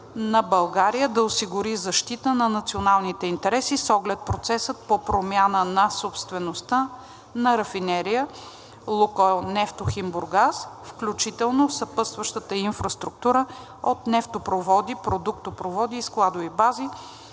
на България да осигури защита на националните интереси с оглед процеса по промяна на собствеността на рафинерия „Лукойл Нефтохим Бургас“, включително съпътстващата инфраструктура от нефтопроводи, продуктопроводи и складови бази.